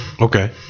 Okay